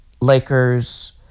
Lakers